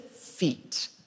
feet